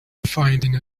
finding